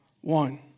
one